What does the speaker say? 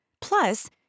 plus